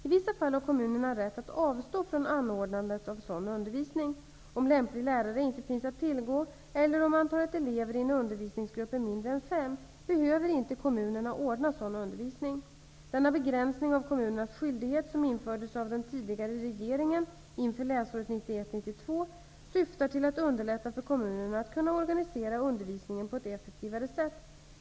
I vissa fall har kommunerna rätt att avstå från anordnandet av sådan undervisning. Om lämplig lärare inte finns att tillgå, eller om antalet elever i en undervisningsgrupp är mindre än fem, behöver inte kommunerna ordna sådan undervisning. Denna begränsning av kommunernas skyldighet, som infördes av den tidigare regeringen inför läsåret 1991/92, syftar till att underlätta för kommunerna att organisera undervisningen på ett effektivare sätt.